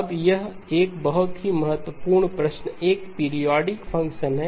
अब एक बहुत ही महत्वपूर्ण प्रश्न e jωएक पीरियोडिक फंक्शन है